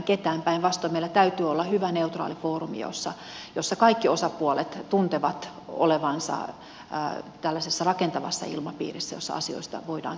päinvastoin meillä täytyy olla hyvä neutraali foorumi jossa kaikki osapuolet tuntevat olevansa rakentavassa ilmapiirissä jossa asioista voidaan keskustella